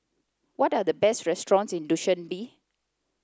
what are the best restaurants in Dushanbe